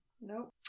Nope